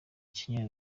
kenya